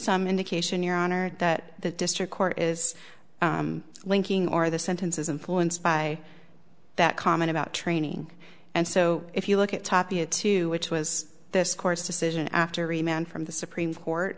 some indication your honor that the district court is linking or the sentence is influenced by that comment about training and so if you look at tapia to which was this course decision after remained from the supreme court